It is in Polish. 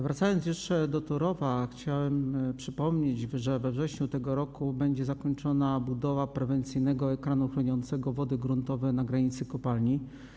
Wracając jeszcze do Turowa, chciałem przypomnieć, że we wrześniu tego roku będzie zakończona budowa prewencyjnego ekranu chroniącego wody gruntowe na granicy kopalni.